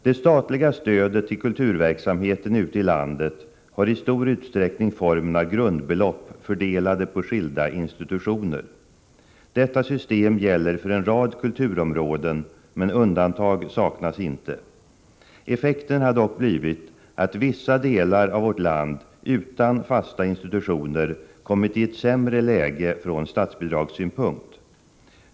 Det statliga stödet till kulturverksamheten ute i landet har i stor utsträckning formen av grundbelopp, fördelade på skilda institutioner. Detta system gäller för en rad kulturområden, men undantag saknas inte. Effekten har dock blivit att vissa delar av vårt land utan fasta institutioner kommit i ett sämre läge från statsbidragssynpunkt.